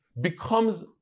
becomes